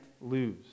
lose